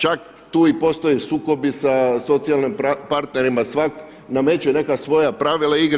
Čak tu i postoje sukobi sa socijalnim partnerima, svak' nameće neka svoja pravila igre.